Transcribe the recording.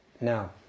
Now